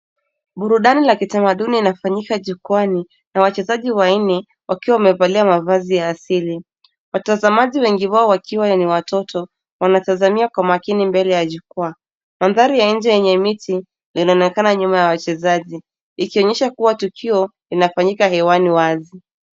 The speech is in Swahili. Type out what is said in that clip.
Burudani la kitamaduni inafanyika jukwaani na wachezaji wanne wakiwa wamevalia mavazi ya asili. Watazamaji wengi wao wakiwa ni watoto, wanatazamia kwa makini mbele ya jukwaa. Mandhari ya nje yenye miti, linaonekana nyuma ya wachezaji, ikionyesha kuwa tukio inafanyika hewani wazi.